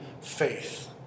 faith